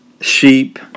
sheep